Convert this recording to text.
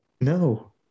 No